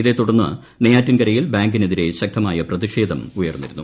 ഇതേ തുടർന്ന് നെയ്യാറ്റിൻകരയിൽ ബാങ്കിനെതിരെ ശക്തമായ പ്രതിഷേധം ഉയർന്നിരുന്നു